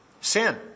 Sin